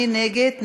מי נגד?